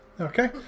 Okay